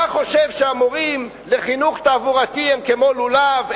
אתה חושב שהמורים לחינוך תעבורתי הם כמו לולב,